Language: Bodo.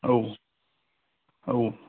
औ औ